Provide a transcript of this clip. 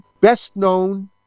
best-known